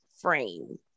frame